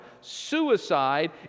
suicide